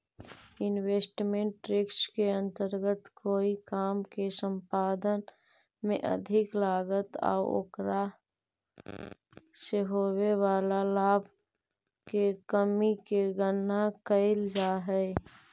investment risk के अंतर्गत कोई काम के संपादन में अधिक लागत आउ ओकरा से होवे वाला लाभ के कमी के गणना कैल जा हई